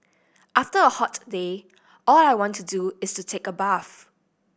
after a hot day all I want to do is to take a bath